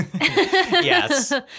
Yes